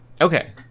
Okay